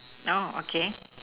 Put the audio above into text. now okay